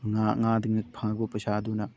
ꯉꯥ ꯉꯥꯗꯒꯤ ꯐꯪꯉꯛꯄ ꯄꯩꯁꯥ ꯑꯗꯨꯅ